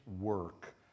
work